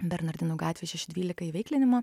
bernardinų gatvėj šeši dvylika įveiklinimo